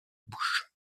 bouche